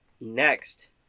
Next